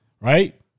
right